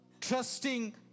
trusting